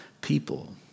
people